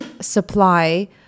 supply